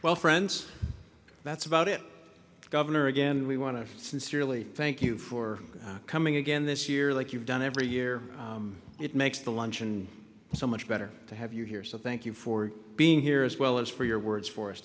well friends that's about it governor again we want to sincerely thank you for coming again this year like you've done every year it makes the luncheon so much better to have you here so thank you for being here as well as for your words for us